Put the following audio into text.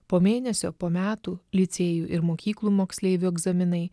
po mėnesio po metų licėjų ir mokyklų moksleivių egzaminai